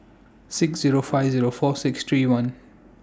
six Zero five Zero four six three one